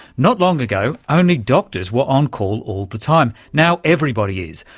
not long ago only doctors were on call all the time. now everybody is.